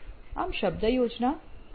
આમ શબ્દ યોજના ખરેખર બદલાઈ શકે છે